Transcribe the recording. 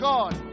God